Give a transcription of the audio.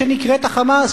שנקראת ה"חמאס",